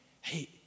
hey